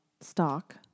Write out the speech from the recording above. stock